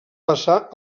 passà